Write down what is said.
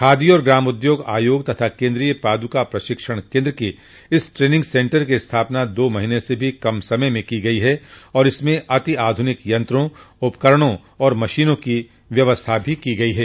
खादी और ग्रामोद्योग आयोग तथा केन्द्रीय पादुका प्रशिक्षण केन्द्र के इस ट्रेनिंग सेंटर की स्थापना दो महीने से भी कम समय में की गई है और इसमें अत्याधुनिक यंत्रों उपकरणों तथा मशीनों की व्यवस्था की गई है